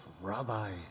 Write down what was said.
rabbi